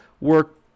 work